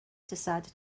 decided